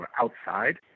outside